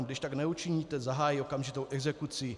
Když tak neučiníte, zahájí okamžitou exekuci.